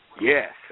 Yes